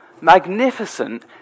magnificent